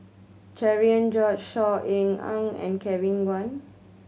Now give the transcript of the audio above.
Cherian George Saw Ean Ang and Kevin Kwan